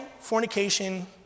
fornication